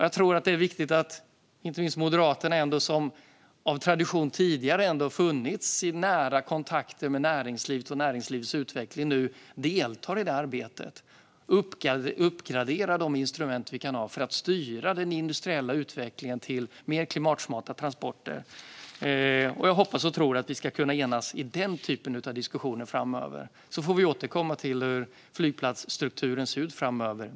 Jag tror att det är viktigt att inte minst Moderaterna, som av tradition ändå har haft nära kontakter med näringslivet gällande näringslivets utveckling tidigare, nu deltar i arbetet och uppgraderar de instrument vi kan ha för att styra den industriella utvecklingen till mer klimatsmarta transporter. Jag hoppas och tror att vi ska kunna enas i den typen av diskussioner framöver. Sedan får vi återkomma till hur flygplatsstrukturen ser ut framöver.